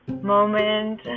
moment